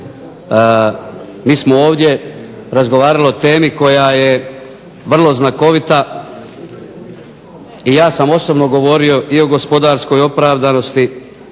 Mi smo ovdje razgovarali o temi koja je vrlo znakovita i ja sam osobno govorio i o gospodarskoj opravdanosti,